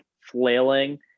flailing